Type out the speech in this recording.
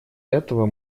этого